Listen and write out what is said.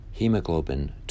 Hemoglobin